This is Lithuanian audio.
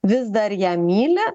vis dar ją myli